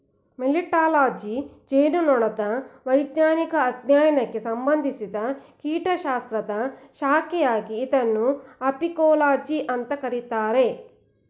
melittology ಜೇನುನೊಣದ ವೈಜ್ಞಾನಿಕ ಅಧ್ಯಯನಕ್ಕೆ ಸಂಬಂಧಿಸಿದ ಕೀಟಶಾಸ್ತ್ರದ ಶಾಖೆಯಾಗಿದೆ ಇದನ್ನು ಅಪಿಕೋಲಜಿ ಅಂತ ಕರೀತಾರೆ